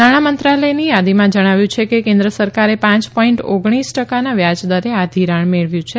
નાણાં મંત્રાલયની યાદીમાં જણાવ્યું છે કે કેન્દ્ર સરકારે પાંચ પોઇન્ટ ઓગણીસ ટકના વ્યાજદરે આ ઘિરાણ મેળવ્યું છે